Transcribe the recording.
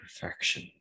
perfection